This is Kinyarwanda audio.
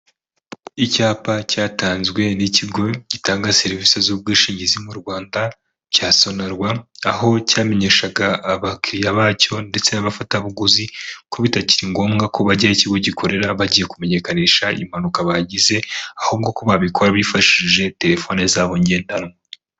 Icyapa cyatanzwe n'ikigo gitanga serivisi z'ubwishingizi mu Rwanda cya Sonarwa aho cyamenyeshaga abakiriya bacyo ndetse n'abafatabuguzi ko bitakiri ngombwa ko bajya aho ikigo gikorera bagiye kumenyekanisha impanuka bagize ahubwo ko babikora bifashishije telefone zabo ngendanwa.